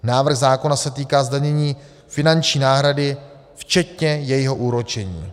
Návrh zákona se týká zdanění finanční náhrady včetně jejího úročení.